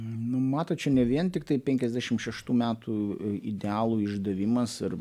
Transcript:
nu matot čia ne vien tiktai penkiasdešim šeštų metų idealų išdavimas ir